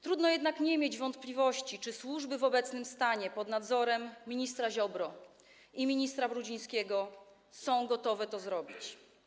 Trudno jednak nie mieć wątpliwości, czy służby w obecnym stanie, pod nadzorem ministra Ziobro i ministra Brudzińskiego, są gotowe to zrobić.